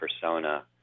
persona